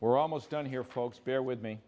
we're almost done here folks bear with me